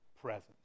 presence